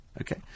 Okay